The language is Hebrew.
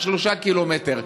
3 קילומטר.